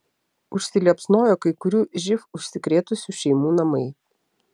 užsiliepsnojo kai kurių živ užsikrėtusių šeimų namai